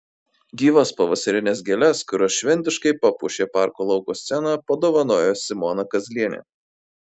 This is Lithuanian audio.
gyvas pavasarines gėles kurios šventiškai papuošė parko lauko sceną padovanojo simona kazlienė